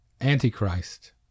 Antichrist